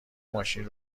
ماشین